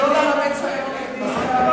אני אומר מה מצער אותי בעיקר.